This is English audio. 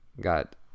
got